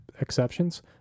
exceptions